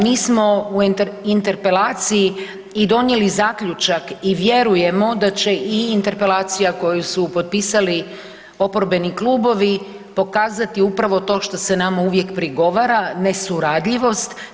Mi smo u interpelaciji i donijeli zaključak i vjerujemo da će i interpelacija koju su potpisali oporbeni klubovi pokazati upravo to što se nama uvijek prigovara, nesuradljivost.